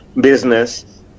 business